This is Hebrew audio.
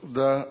תודה.